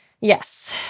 Yes